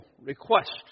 request